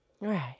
Right